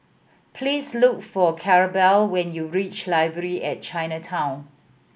please look for Claribel when you reach Library at Chinatown